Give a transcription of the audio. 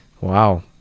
Wow